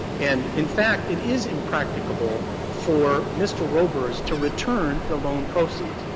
and, in fact, it is impracticable for mr. robers to return the loan proceeds.